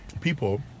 people